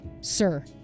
Sir